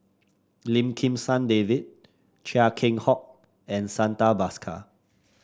Lim Kim San David Chia Keng Hock and Santha Bhaskar